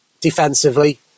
defensively